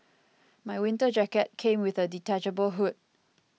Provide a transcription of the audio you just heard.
my winter jacket came with a detachable hood